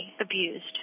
abused